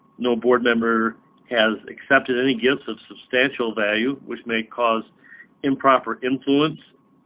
no board member has accepted any gifts of substantial value which may cause improper influence.